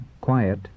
quiet